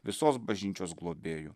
visos bažnyčios globėju